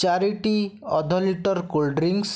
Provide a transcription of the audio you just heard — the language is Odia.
ଚାରିଟି ଅଧ ଲିଟର୍ କୋଲ୍ଡ ଡ୍ରିଂକ୍ସ